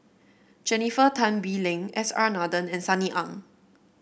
Jennifer Tan Bee Leng S R Nathan and Sunny Ang